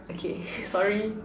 okay sorry